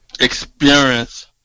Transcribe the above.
experience